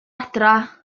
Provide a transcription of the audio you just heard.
adref